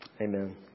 Amen